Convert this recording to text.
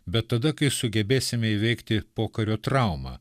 bet tada kai sugebėsime įveikti pokario traumą